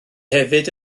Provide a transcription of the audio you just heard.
hefyd